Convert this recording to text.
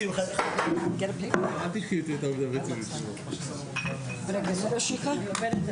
טובים, אני מתכבד לפתוח את ישיבת ועדת